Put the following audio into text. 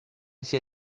sia